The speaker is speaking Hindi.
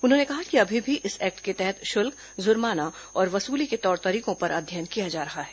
उन्होंने कहा कि अभी भी इस एक्ट के तहत शुल्क जुर्माना और वसूली के तौर तरीकों पर अध्ययन किया जा रहा है